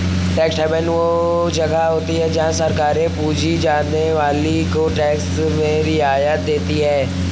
tax haven वो जगह होती हैं जहाँ सरकारे पूँजी लगाने वालो को टैक्स में रियायत देती हैं